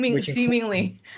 Seemingly